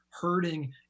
hurting